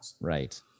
Right